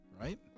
Right